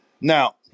Now